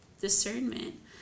discernment